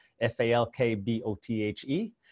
F-A-L-K-B-O-T-H-E